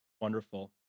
wonderful